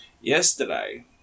Yesterday